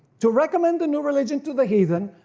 to recommend the new religion to the heathen,